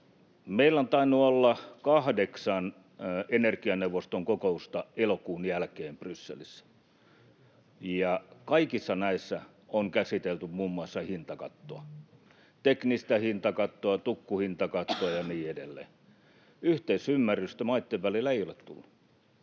Meillä on tainnut olla kahdeksan energianeuvoston kokousta elokuun jälkeen Brysselissä, ja kaikissa näissä on käsitelty muun muassa hintakattoa: teknistä hintakattoa, tukkuhintakattoa ja niin edelleen. Yhteisymmärrystä maitten välillä ei ole tullut.